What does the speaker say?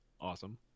Awesome